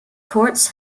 courts